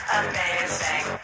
amazing